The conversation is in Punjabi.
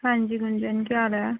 ਹਾਂਜੀ ਗੂੰਜਨ ਕਿਆ ਹਾਲ ਹੈ